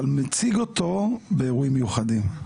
אבל מציג אותו באירועים מיוחדים.